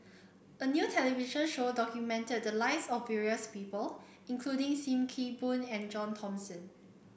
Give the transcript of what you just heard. a new television show documented the lives of various people including Sim Kee Boon and John Thomson